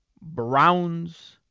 Browns